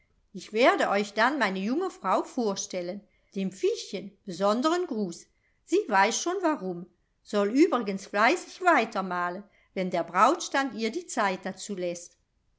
ich werde euch dann meine junge frau vorstellen dem fischchen besonderen gruß sie weiß schon warum soll übrigens fleißig weitermalen wenn der brautstand ihr die zeit dazu